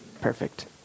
Perfect